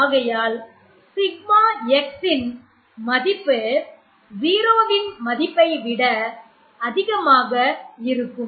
ஆகையால் σx இன் மதிப்பு 0 வின் மதிப்பைவிட அதிகமாக இருக்கும்